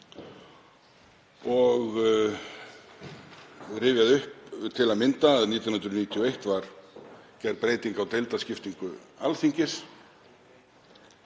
og rifjað upp til að mynda að 1991 var gerð breyting á deildaskiptingu Alþingis